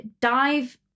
dive